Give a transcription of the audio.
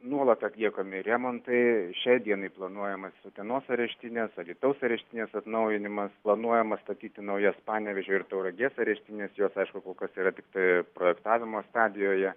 nuolat atliekami remontai šiai dienai planuojamas utenos areštinės alytaus areštinės atnaujinimas planuojama statyti naujas panevėžio ir tauragės areštines jos aišku kol kas yra tiktai projektavimo stadijoje